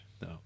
No